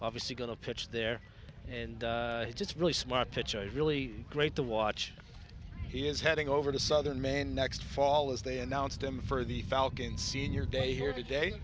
obviously going to pitch there and it's really smart pitch i was really great to watch he is heading over to southern maine next fall as they announced him for the falcons senior day here today